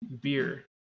beer